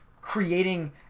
creating